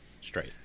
straight